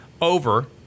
over